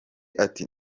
ati